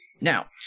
Now